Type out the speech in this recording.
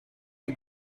you